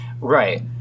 right